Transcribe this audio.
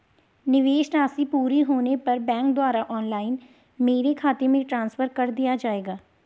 निवेश राशि पूरी होने पर बैंक द्वारा ऑनलाइन मेरे खाते में ट्रांसफर कर दिया जाएगा?